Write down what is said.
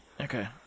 Okay